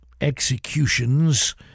executions